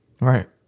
Right